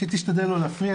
שהיא תשתדל לא להפריע,